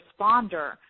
responder